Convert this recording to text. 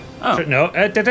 no